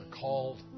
called